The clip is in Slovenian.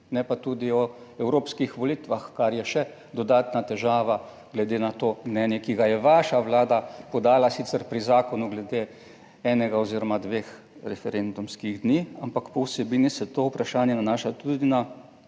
ne pa tudi o evropskih volitvah, kar je še dodatna težava, glede na to mnenje, ki ga je vaša vlada podala sicer pri zakonu glede enega oziroma dveh referendumskih dni, ampak po vsebini se to vprašanje nanaša tudi na